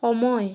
সময়